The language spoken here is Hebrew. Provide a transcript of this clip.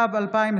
הרעיבו